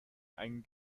ein